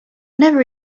never